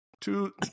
two